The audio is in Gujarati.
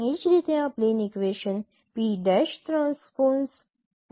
એ જ રીતે આ પ્લેન ઇક્વેશન છે